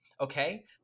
Okay